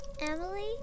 Emily